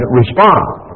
respond